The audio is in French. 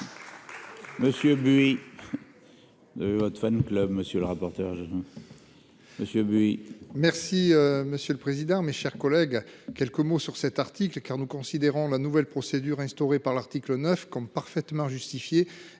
Monsieur lui. Votre fan club monsieur le rapporteur. Monsieur Buy. Merci monsieur le président, mes chers collègues, quelques mots sur cet article car nous considérons la nouvelle procédure instaurée par l'article 9 comme parfaitement justifiée.